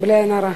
בלי עין הרע.